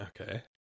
Okay